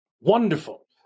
Wonderful